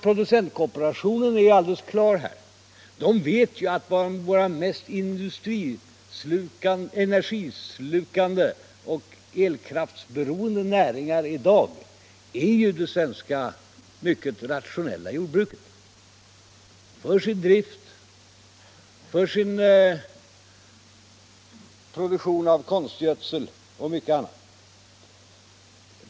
Producentkooperationen vet ju att en av våra mest energislukande och elkraftsberoende näringar i dag är det mycket rationella svenska jordbruket; för sin drift, för sin produktion av konstgödsel och mycket annat.